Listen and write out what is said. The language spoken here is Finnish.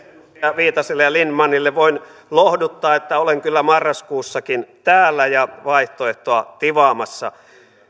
viitaselle ja lindtmanille voin lohduttaa että olen kyllä marraskuussakin täällä ja vaihtoehtoa tivaamassa